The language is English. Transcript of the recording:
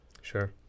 Sure